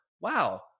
Wow